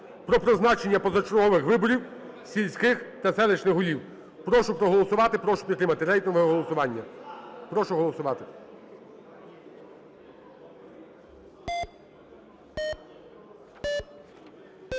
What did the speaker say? Прошу проголосувати, прошу підтримати рейтингове голосування, прошу голосувати.